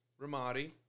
Ramadi